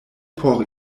por